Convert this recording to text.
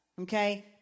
Okay